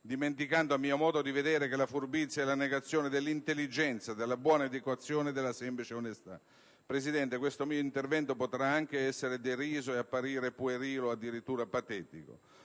dimenticando, a mio modo di vedere, che la furbizia è la negazione dell'intelligenza, della buona educazione e della semplice onestà. Signora Presidente, questo mio intervento potrà anche essere deriso e apparire puerile o addirittura patetico.